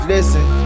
Listen